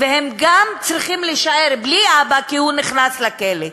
והם גם צריכים להישאר בלי אבא, כי הוא נכנס לכלא,